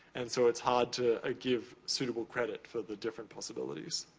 and, so, it's hard to ah give suitable credit for the different possibilities.